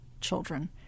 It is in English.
children